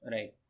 Right